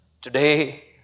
Today